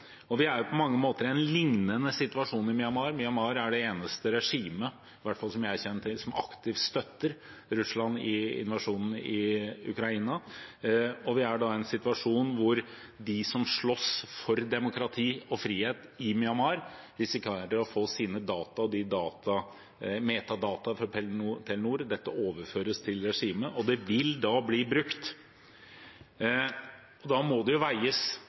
Vi er på mange måter i en liknende situasjon i Myanmar. Myanmar er det eneste regimet – i hvert fall som jeg kjenner til – som aktivt støtter Russland i invasjonen i Ukraina. Vi er da i en situasjon der de som slåss for demokrati og frihet i Myanmar, risikerer å få sine metadata i Telenor overført til regimet, og de vil da bli brukt. Da må en veie ting opp mot hverandre: Det